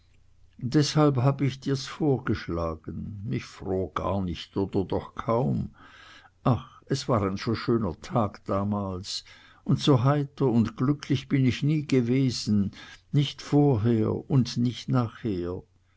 deshalb hab ich dir's vorgeschlagen mich fror gar nicht oder doch kaum ach es war ein so schöner tag damals und so heiter und glücklich bin ich nie gewesen nicht vorher und nicht nachher